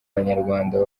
banyarwanda